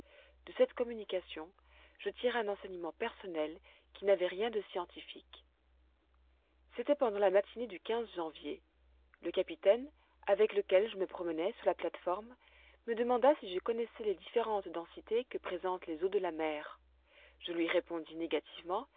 de cette communication je tirai un enseignement personnel qui n'avait rien de scientifique c'était pendant la matinée du janvier le capitaine avec lequel je me promenais sur la plate-forme me demanda si je connaissais les différentes densités que présentent les eaux de la mer je lui répondis